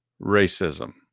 racism